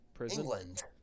England